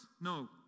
No